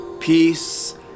peace